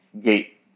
gate